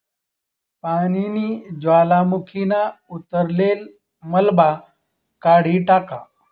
पानीनी ज्वालामुखीना उतरलेल मलबा काढी टाका